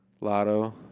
Lotto